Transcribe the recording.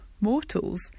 mortals